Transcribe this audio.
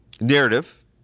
narrative